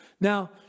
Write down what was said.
Now